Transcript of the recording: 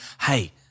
Hey